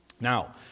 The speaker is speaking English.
Now